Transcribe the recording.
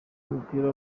w’umupira